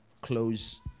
close